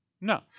No